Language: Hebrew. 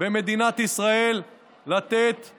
במדינת ישראל לתת